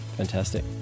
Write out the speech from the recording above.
Fantastic